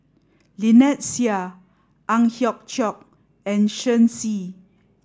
Lynnette Seah Ang Hiong Chiok and Shen Xi